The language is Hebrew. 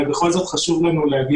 אבל בכל זאת חשוב לנו לומר